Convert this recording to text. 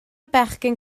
bechgyn